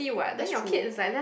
that's true